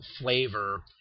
flavor